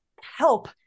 help